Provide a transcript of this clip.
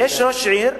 (אומר דברים בשפה הערבית,